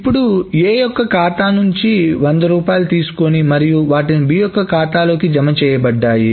ఇప్పుడు A యొక్క ఖాతా నుంచి 100 రూపాయలు తీసుకొని మరియు వాటిని B యొక్క ఖాతాలోకి జమ చేయ బడ్డాయి